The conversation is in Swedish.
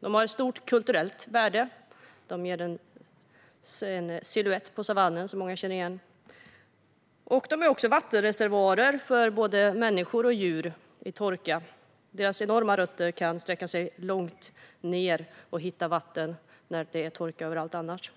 De har stort kulturellt värde och ger savannen en silhuett som många känner igen. De är också vattenreservoarer vid torka för både människor och djur. Deras enorma rötter kan sträcka sig långt ned och hitta vatten när det annars är torka överallt.